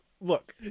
look